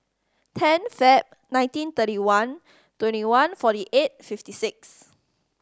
ten Feb nineteen thirty one twenty one forty eight fifty six